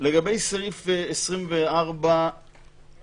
לגבי סעיף 24 (א)(1),